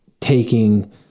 taking